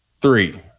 Three